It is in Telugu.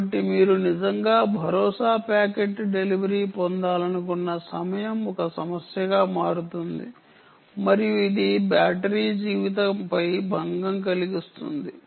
కాబట్టి మీరు నిజంగా భరోసా ప్యాకెట్ డెలివరీ పొందాలనుకున్న సమయం ఒక సమస్యగా మారుతుంది మరియు ఇది బ్యాటరీ జీవితంపై భంగం కలిగిస్తుంది